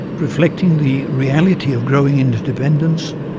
reflecting the reality of growing interdependence,